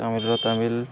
ତାମିଲ୍ର Tamil